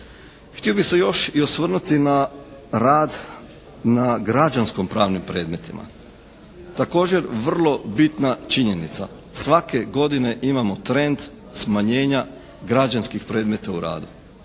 Htio bih se još i osvrnuti na rad, na građansko-pravnim predmetima. Također vrlo bitna činjenica. Svake godine imamo trend smanjenja građanskih predmeta u radu.